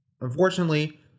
Unfortunately